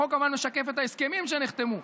החוק כמובן משקף את ההסכמים שנחתמו,